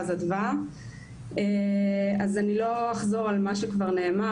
אני לא אחזור על מה שכבר נאמר,